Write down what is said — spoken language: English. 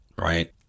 right